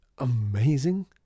Amazing